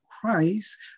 Christ